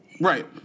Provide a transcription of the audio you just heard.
Right